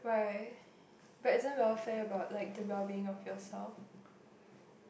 <S<